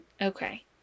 Okay